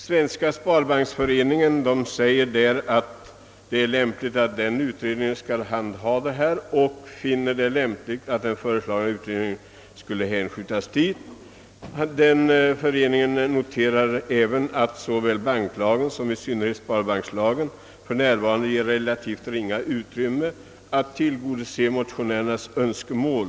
Svenska sparbanksföreningen har ansett det lämpligt att kreditinstitututredningen får i uppdrag att ta upp även dessa spörsmål. Sparbanksföreningen noterar även att såväl banklagen som i synnerhet sparbankslagen för mnärvarande ger relativt små möjligheter att tillgodose motionärernas önskemål.